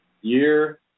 year